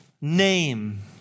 name